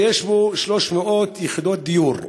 שיש בו 300 יחידות דיור,